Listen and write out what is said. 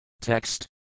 Text